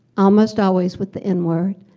almost always with the n-word.